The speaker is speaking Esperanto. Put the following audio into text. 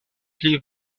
pli